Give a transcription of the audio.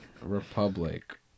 Republic